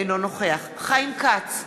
אינו נוכח חיים כץ,